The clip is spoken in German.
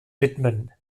widmen